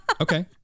Okay